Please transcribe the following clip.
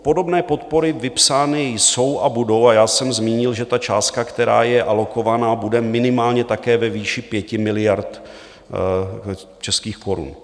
Podobné podpory vypsány jsou a budou a já jsem zmínil, že ta částka, která je alokovaná, bude minimálně také ve výši 5 miliard českých korun.